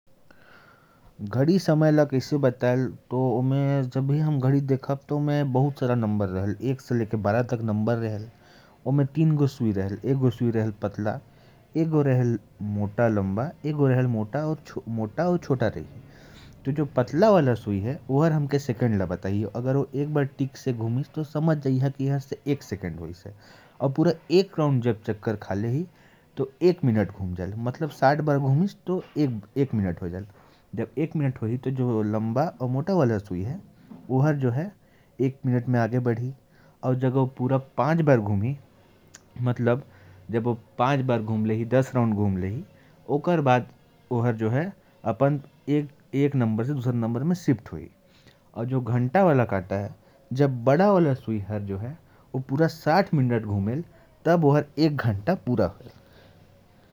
घड़ी समय को कैसे बताती है? उसमें तीन सुइयाँ होती हैं: एक घंटे की, एक मिनट की, और एक सेकंड की। जब पतली सुई एक राउंड घुमती है, तो एक मिनट होता है। और जो मोटी सुई है, वह एक राउंड घुमने पर एक घंटा बताती है। सबसे छोटी और मोटी सुई जब एक साथ घुमती हैं, तो वह बारह घंटे का समय दर्शाती हैं।